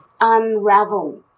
unravel